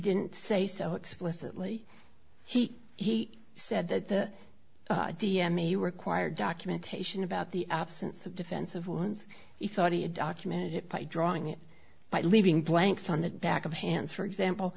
didn't say so explicitly he he said that the d m a require documentation about the absence of defensive ones he thought he had documented it by drawing it by leaving blanks on the back of hands for example